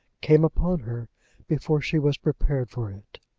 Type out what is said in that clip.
came upon her before she was prepared for it!